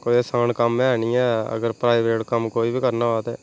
कोई असान कम्म ऐ नी ऐ अगर प्राइवेट कम्म कोई बी करना होऐ ते